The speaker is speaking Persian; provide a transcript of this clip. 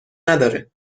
نداره